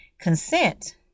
consent